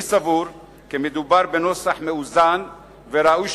אני סבור כי מדובר בנוסח מאוזן וראוי,